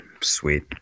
Sweet